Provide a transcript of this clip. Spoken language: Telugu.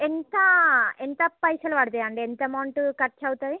ఎంత ఎంత పైసలు పడతాయి అండి ఎంత అమౌంట్ ఖర్చు అవుతుంది